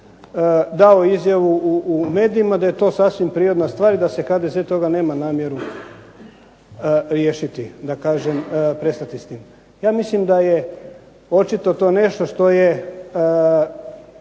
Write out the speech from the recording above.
dao izjavu u medijima i da je to sasvim prirodna stvar i da se HDZ toga nema namjeru riješiti da kažem prestati s tim. Ja mislim da je to očito nešto što je